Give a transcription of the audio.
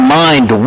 mind